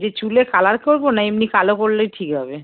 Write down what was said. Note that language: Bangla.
যে চুলে কালার করবো না এমনি কালো করলেই ঠিক হবে